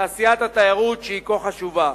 תעשיית התיירות שהיא כה חשובה.